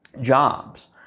jobs